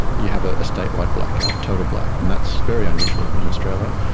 you have ah a state wide blackout, a total black, and that's very unusual in australia,